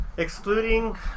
Excluding